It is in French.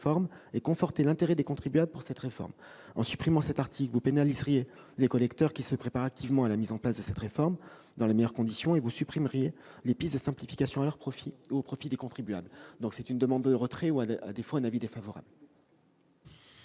et conforter l'intérêt des contribuables pour cette réforme. En supprimant cet article, vous pénaliseriez les collecteurs, qui se préparent activement à la mise en place de cette réforme dans les meilleures conditions, et vous supprimeriez les pistes de simplification à leur profit et au profit des contribuables. Le Gouvernement demande donc le retrait de l'amendement ; à défaut, il